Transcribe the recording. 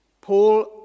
Paul